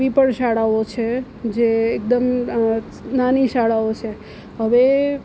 એવી પણ શાળાઓ છે જે એકદમ નાની શાળાઓ છે હવે